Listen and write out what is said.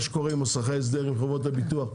שקוראים מוסכי ההסדר עם חברות הביטוח.